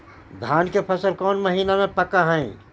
धान के फसल कौन महिना मे पक हैं?